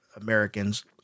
Americans